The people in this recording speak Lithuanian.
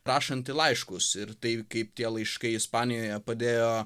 rašantį laiškus ir tai kaip tie laiškai ispanijoje padėjo